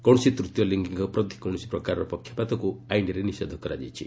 କୌଣସି ତୃତୀୟ ଲିଙ୍ଗୀଙ୍କ ପ୍ରତି କୌଣସି ପ୍ରକାରର ପକ୍ଷପାତକୁ ଆଇନ୍ରେ ନିଷେଧ କରାଯାଇଛି